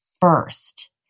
first